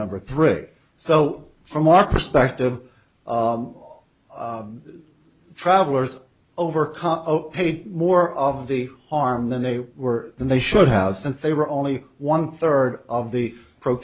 number three so from our perspective travelers over paid more of the harm than they were then they should have since they were only one third of the pro